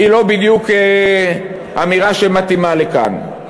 היא לא בדיוק אמירה שמתאימה לכאן.